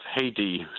Haiti